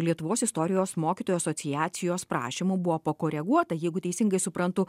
lietuvos istorijos mokytojų asociacijos prašymu buvo pakoreguota jeigu teisingai suprantu